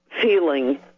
feeling